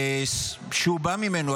שהוא בא ממנו,